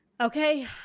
Okay